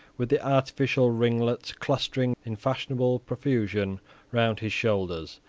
with the artificial ringlets clustering in fashionable profusion round his shoulders,